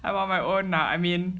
I on my own lah I mean